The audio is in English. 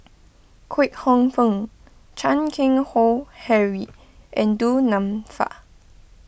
Kwek Hong Png Chan Keng Howe Harry and Du Nanfa